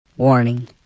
Warning